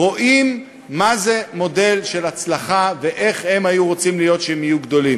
רואים מה זה מודל של הצלחה ומה הם היו רוצים להיות כשהם יהיו גדולים.